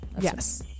Yes